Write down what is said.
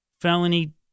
felony